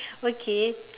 okay